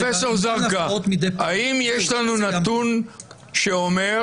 זרקא, האם יש לנו נתון שאומר